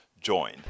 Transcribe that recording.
join